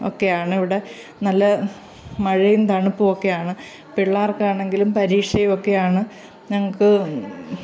ഒക്കെയാണിവിടെ നല്ല മഴയും തണുപ്പുമൊക്കെയാണ് പിള്ളേർക്കാണെങ്കിലും പരീക്ഷയൊക്കെ ആണ് ഞങ്ങൾക്ക്